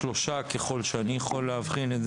יש שלושה, ככל שאני יכול להבחין.